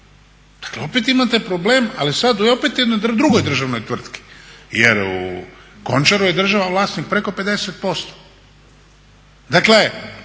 Dakle opet imate problem, ali sad opet u jednoj drugo državnoj tvrtki jer u Končaru je država vlasnik preko 50%.